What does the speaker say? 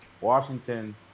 Washington